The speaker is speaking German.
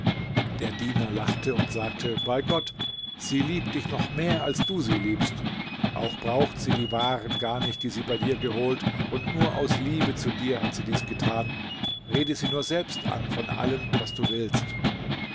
der diener lachte und sagte bei gott sie liebt dich noch mehr als du sie liebst auch braucht sie die waren gar nicht die sie bei dir geholt und nur aus liebe zu dir hat sie dies getan rede sie nur selbst an von allem was du willst